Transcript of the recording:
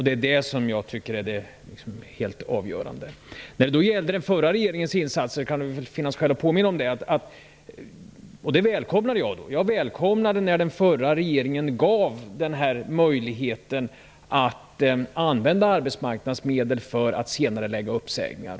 Det är det som jag tycker är helt avgörande. Det kan finnas skäl att påminna om den förra regeringens insatser. Jag välkomnade att den förra regeringen införde möjligheten att använda arbetsmarknadsmedel för senareläggning av uppsägningar.